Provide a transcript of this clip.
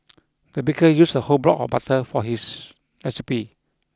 the baker used a whole block of butter for this recipe